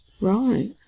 Right